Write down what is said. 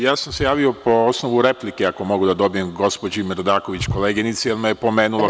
Ja sam se javio po osnovu replike, ako mogu da dobijem, gospođi Mrdaković, koleginici, jer me je pomenula.